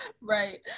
right